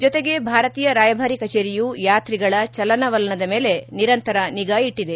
ಜೊತೆಗೆ ಭಾರತೀಯ ರಾಯಭಾರಿ ಕಚೇರಿಯು ಯಾತ್ರಿಗಳ ಚಲನ ವಲನದ ಮೇಲೆ ನಿರಂತರ ನಿಗಾ ಇಟ್ಟಿದೆ